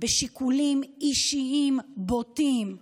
בשיקולים אישיים בוטים.